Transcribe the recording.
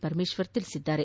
ಪರಮೇಶ್ವರ್ ಹೇಳಿದ್ದಾರೆ